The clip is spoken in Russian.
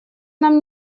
нам